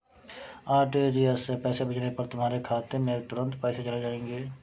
RTGS से पैसे भेजने पर तुम्हारे खाते में तुरंत पैसे चले जाएंगे